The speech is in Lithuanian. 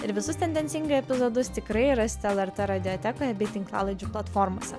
ir visus tendencingai epizodus tikrai rasite lrt radiotekoje bei tinklalaidžių platformose